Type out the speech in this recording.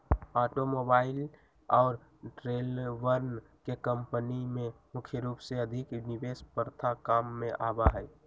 automobile और ट्रेलरवन के कम्पनी में मुख्य रूप से अधिक निवेश प्रथा काम में आवा हई